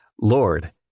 Lord